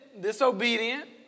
disobedient